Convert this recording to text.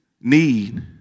need